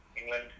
England